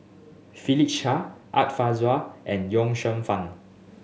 Philip Chia Art Fazil and Ye Shufang